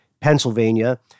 Pennsylvania